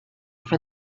for